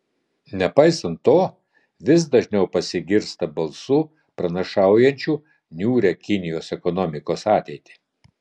nepaisant to vis dažniau pasigirsta balsų pranašaujančių niūrią kinijos ekonomikos ateitį